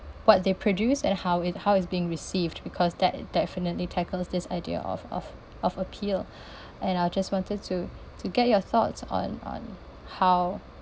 what they produce and how it how it's being received because that definitely tackles this idea of of of appeal and I just wanted to to get your thoughts on on how